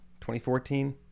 2014